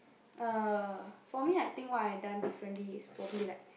uh for me I think what I done differently is probably like